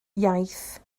iaith